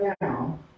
now